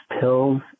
Pills